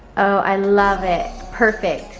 i love it. perfect.